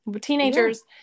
teenagers